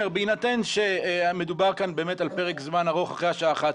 בהינתן שהמדובר כאן באמת על פרק זמן ארוך אחרי השעה 23:00,